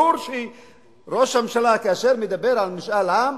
ברור שראש ממשלה, כאשר הוא מדבר על משאל עם,